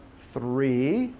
three,